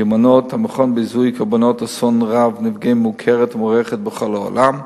מיומנות המכון בזיהוי קורבנות אסון רב-נפגעים מוכרת ומוערכת בכל העולם,